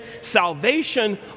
salvation